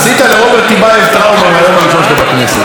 עשית לרוברט טיבייב טראומה מהיום הראשון שלו בכנסת,